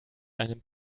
einem